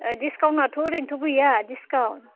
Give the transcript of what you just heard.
डिसकाउन्टाथ' ओरैनोथ' गैया डिसकाउन्ट